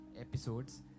episodes